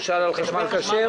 הוא שאל על חשמל כשר.